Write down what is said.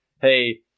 hey